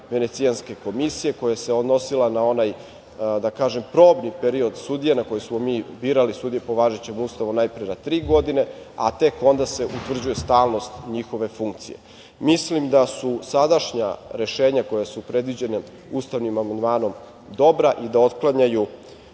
Venecijanske komisije koja se odnosila na onaj probni period sudija, na koji smo birali sudije po važećem Ustavu, najpre na tri godine, a tek onda se utvrđuje stalnost njihove funkcije. Mislim da su sadašnja rešenja koja su predviđena ustavnim amandmanom dobra i da otklanjaju